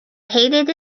hated